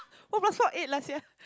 four plus four eight lah sia